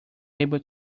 able